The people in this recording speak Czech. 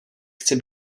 chci